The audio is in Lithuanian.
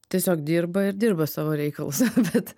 tiesiog dirba ir dirba savo reikalus bet